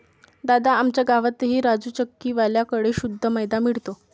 दादा, आमच्या गावातही राजू चक्की वाल्या कड़े शुद्ध मैदा मिळतो